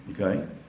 okay